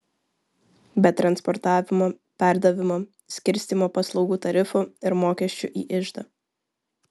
be transportavimo perdavimo skirstymo paslaugų tarifų ir mokesčių į iždą